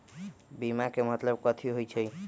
बीमा के मतलब कथी होई छई?